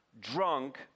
drunk